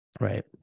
right